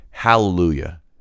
Hallelujah